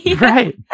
right